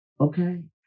okay